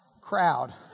Crowd